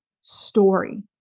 story